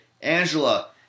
Angela